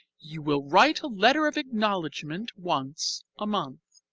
you will write a letter of acknowledgment once a month.